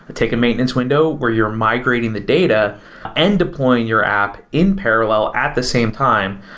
and take a maintenance window where you're migrating the data and deploying your app in parallel at the same time.